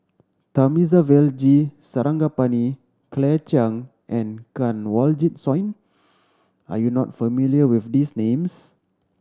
Thamizhavel G Sarangapani Claire Chiang and Kanwaljit Soin are you not familiar with these names